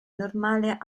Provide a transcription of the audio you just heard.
normale